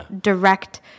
direct